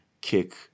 kick